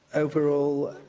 overall,